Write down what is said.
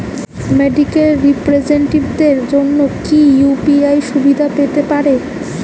Medical রিপ্রেজন্টেটিভদের জন্য কি ইউ.পি.আই সুবিধা পেতে পারে?